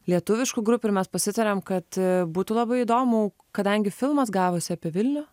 lietuviškų grupių ir mes pasitarėm kad būtų labai įdomu kadangi filmas gavosi apie vilnių